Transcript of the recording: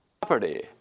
property